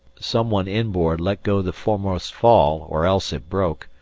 someone inboard let go the foremost fall or else it broke,